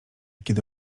kiedy